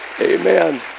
Amen